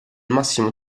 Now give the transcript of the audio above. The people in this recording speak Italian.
massimo